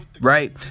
right